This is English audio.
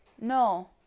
No